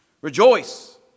Rejoice